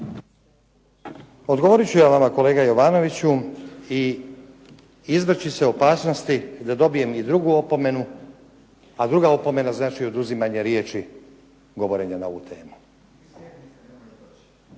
Odgovorit ću ja vama kolega Jovanoviću i izvrći se opasnosti da dobijem i drugu opomenu, a druga opomena znači oduzimanje riječi govorenja na ovu temu.